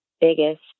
biggest